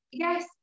Yes